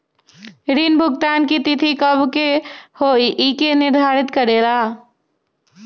ऋण भुगतान की तिथि कव के होई इ के निर्धारित करेला?